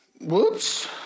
Whoops